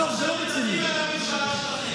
השר מלכיאלי.